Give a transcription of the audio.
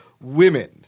women